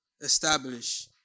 establish